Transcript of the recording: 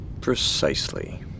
precisely